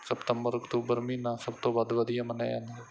ਸਪਤੰਬਰ ਅਕਤੂਬਰ ਮਹੀਨਾ ਸਭ ਤੋਂ ਵੱਧ ਵਧੀਆ ਮੰਨਿਆ ਜਾਂਦਾ ਹੈ